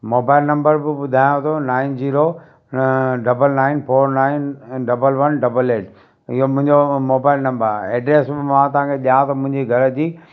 mobile number बि ॿुधायाव थो nine zero double nine four nine double one double eight इहो मुंहिंजो मोबाइल नम्बर आहे एड्रेस बि मां तव्हांखे ॾियां थो मुंहिंजी घर जी